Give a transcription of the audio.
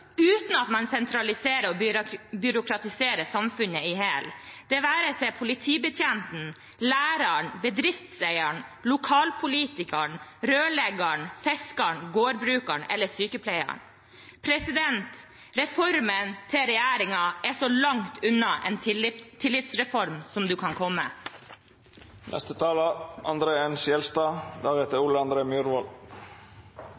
uten at man sentraliserer og byråkratiserer samfunnet i hjel, det være seg politibetjenten, læreren, bedriftseieren, lokalpolitikeren, rørleggeren, fiskeren, gårdbrukeren eller sykepleieren. Reformen til regjeringen er så langt unna en tillitsreform som en kan komme.